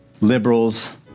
liberals